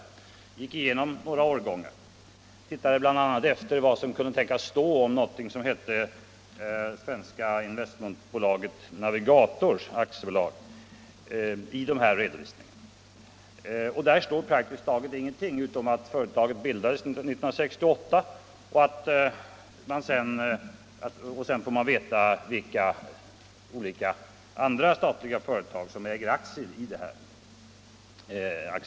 Jag gick igenom några årgångar av publikationen. Jag tittade bl.a. efter vad som kunde tänkas stå om Navigator AB. Jag fann praktiskt taget ingenting utom att företaget bildades 1968 och vilka andra företag som äger aktier i Navigator AB.